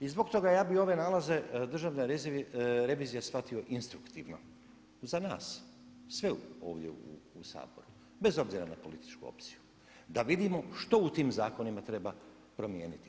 I zbog toga ja bih ove nalaze Državne revizije shvatio instruktivno za nas sve ovdje u Saboru bez obzira na političku opciju, da vidimo što u tim zakonima treba promijeniti.